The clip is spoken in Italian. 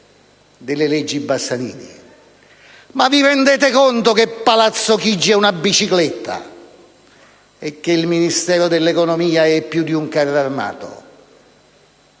delle leggi Bassanini. Ma vi rendete conto che Palazzo Chigi è una bicicletta e che il Ministero dell'economia è più di un carro armato?